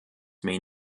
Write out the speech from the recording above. may